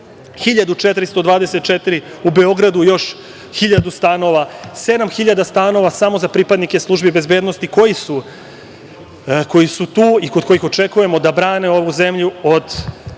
1.424, u Beogradu još 1.000 stanova, 7.000 stanova samo za pripadnike službi bezbednosti koji su tu i od kojih očekujemo da brane ovu zemlju od